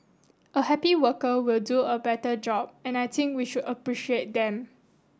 a happy worker will do a better job and I think we should appreciate them